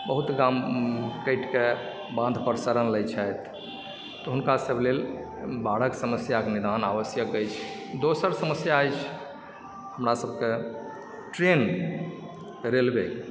बहुत गाम कटिकऽ बाँन्हपर शरण लैत छथि तऽ हुनका सभक लेल बाढ़िके समस्याके निदान आवश्यक अछि दोसर समस्या अछि हमरा सभकेँ ट्रेन रेलवे